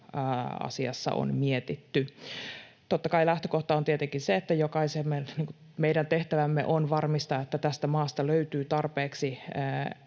asiassa on mietitty. Totta kai, lähtökohta on tietenkin se, että jokaisen meidän tehtävä on varmistaa, että tästä maasta löytyy tarpeeksi